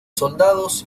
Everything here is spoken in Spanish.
soldados